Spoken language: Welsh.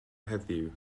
heddiw